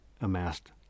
amassed